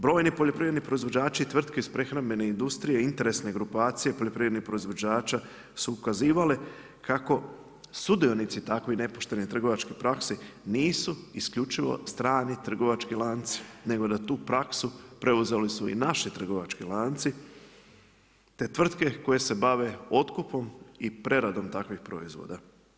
Brojni poljoprivredni proizvođači i tvrtke iz prehrambene industrije, interesne grupacije poljoprivrednih proizvođača su ukazivale kako sudionici takvih nepoštenih trgovačkih praksi nisu isključivo strani trgovački lanci nego da tu praksu preuzeli su i naši trgovački lanci te tvrtke koje se bave otkupom i preradom takvih proizvoda.